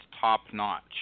top-notch